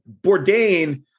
bourdain